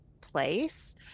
place